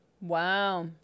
Wow